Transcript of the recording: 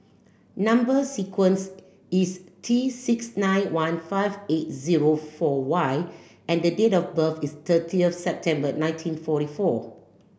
number sequence is T six nine one five eight zero four Y and the date of birth is thirty of September nineteen forty four